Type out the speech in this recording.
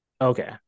Okay